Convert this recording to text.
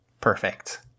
Perfect